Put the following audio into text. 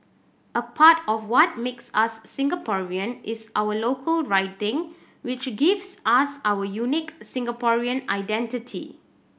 a part of what makes us Singaporean is our local writing which gives us our unique Singaporean identity